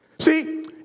See